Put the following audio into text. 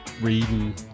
Reading